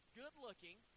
good-looking